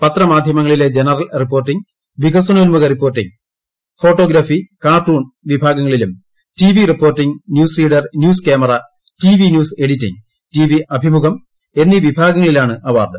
പത്രമാധ്യമങ്ങളില്പെ reporting വികസനോൻമുഖ reporting photography cartoon വിഭാഗങ്ങളിലും TV reporting news reader news camera TV news editing TV അഭിമുഖം എന്നീ വിഭാഗങ്ങളിലാണ് അവാർഡ്